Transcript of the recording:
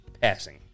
passing